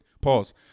Pause